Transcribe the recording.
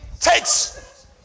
takes